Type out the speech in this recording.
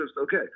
okay